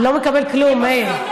לא מקבל כלום, מאיר.